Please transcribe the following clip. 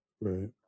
Right